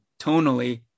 tonally